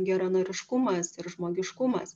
geranoriškumas ir žmogiškumas